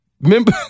Remember